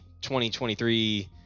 2023